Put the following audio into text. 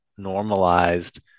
normalized